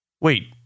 Wait